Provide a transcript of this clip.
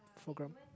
foreground